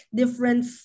difference